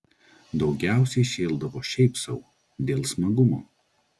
daugiausiai šėldavo šiaip sau dėl smagumo